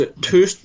two